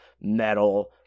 metal